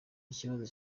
ikibazo